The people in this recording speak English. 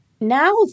Now